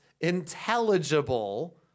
intelligible